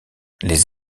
les